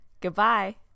goodbye